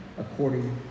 according